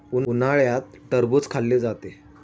उन्हाळ्यात टरबूज खाल्ले जाते